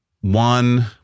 one